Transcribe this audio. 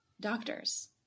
doctors